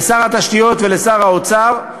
לשר התשתיות ולשר האוצר,